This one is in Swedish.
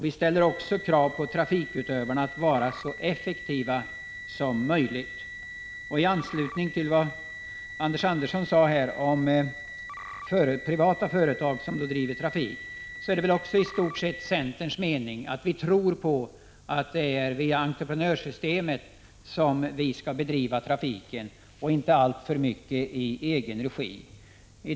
Vi ställer samtidigt krav på trafikutövarna att vara så effektiva som möjligt. I anslutning till vad Anders Andersson sade om privata företag som bedriver trafik kan jag här framföra centerns mening. Vi tror på entreprenörssystemet. Det är via detta system, och inte alltför mycket i egen regi, som trafiken skall bedrivas.